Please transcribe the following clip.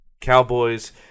Cowboys